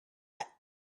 that